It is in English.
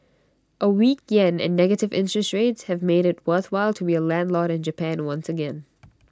A weak Yen and negative interest rates have made IT worthwhile to be A landlord in Japan once again